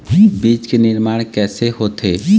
बीज के निर्माण कैसे होथे?